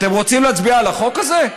אתם רוצים להצביע על החוק הזה?